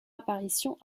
apparition